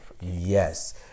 yes